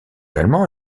allemand